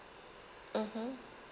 mmhmm